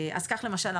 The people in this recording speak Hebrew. למשל,